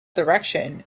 direction